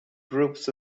groups